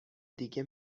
دیگه